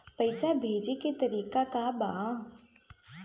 पैसा भेजे के तरीका का बा?